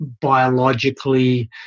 biologically